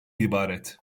ibaret